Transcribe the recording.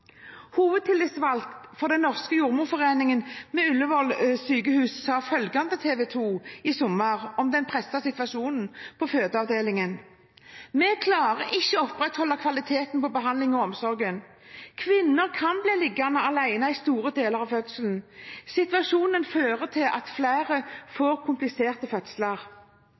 den pressede situasjonen på fødeavdelingen: «Vi klarer ikke opprettholde kvaliteten på behandlingen og omsorgen. Kvinner kan bli liggende alene i store deler av fødselen. Situasjonen fører til flere kompliserte fødsler.»